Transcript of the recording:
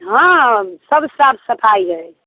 हँ सभ साफ सफाइ है